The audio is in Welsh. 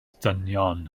dynion